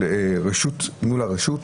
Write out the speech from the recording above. הרשות,